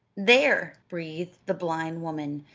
there! breathed the blind woman,